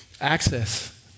Access